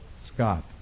Scott